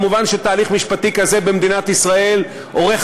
מובן שתהליך משפטי כזה במדינת ישראל אורך